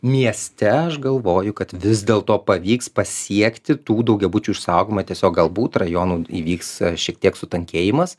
mieste aš galvoju kad vis dėl to pavyks pasiekti tų daugiabučių išsaugojimą tiesiog galbūt rajonų įvyks šiek tiek sutankėjimas